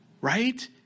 Right